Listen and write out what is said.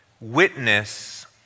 witness